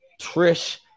Trish